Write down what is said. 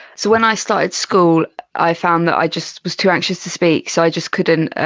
so when i started school i found that i just was too anxious to speak so i just couldn't